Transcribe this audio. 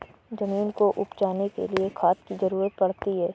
ज़मीन को उपजाने के लिए खाद की ज़रूरत पड़ती है